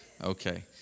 Okay